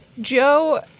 Joe